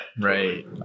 right